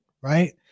right